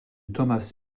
thomas